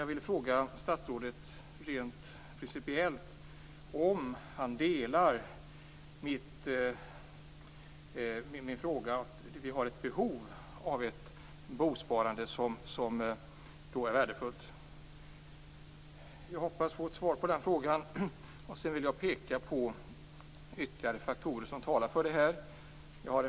Jag vill fråga statsrådet om han rent principiellt delar min uppfattning att det finns ett behov av ett bosparande och att det skulle vara värdefullt med ett sådant. Jag hoppas att få ett svar på den frågan. Sedan vill jag peka på ytterligare faktorer som talar för ett bosparande.